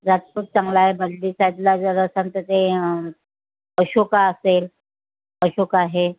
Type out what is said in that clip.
राजपूत चांगलं आहे बर्डी साईडला जर असाल तर ते अशोका असेल अशोका आहे